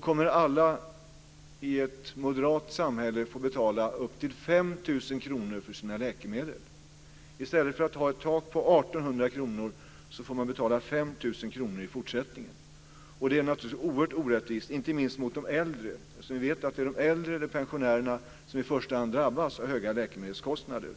kommer alla i ett moderat samhälle att få betala upp till 5 000 kr för sina läkemedel. I stället för att ha ett tak på 1 800 kr får man betala 5 000 kr i fortsättningen. Det är naturligtvis oerhört orättvist, inte minst mot de äldre. Vi vet ju att det är de äldre och pensionärerna som i första hand drabbas av höga läkemedelskostnader.